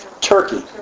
Turkey